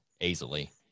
easily